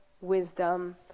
wisdom